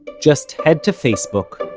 just head to facebook,